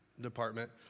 department